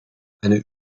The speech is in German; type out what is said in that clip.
eine